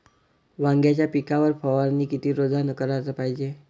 वांग्याच्या पिकावर फवारनी किती रोजानं कराच पायजे?